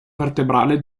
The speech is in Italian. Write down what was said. vertebrale